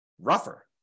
rougher